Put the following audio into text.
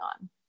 on